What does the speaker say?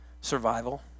survival